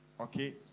Okay